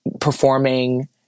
performing